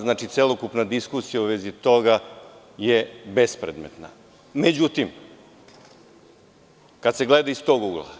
Znači, celokupna diskusija u vezi toga je bespredmetna, kada se gleda iz tog ugla.